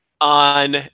on